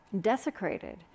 desecrated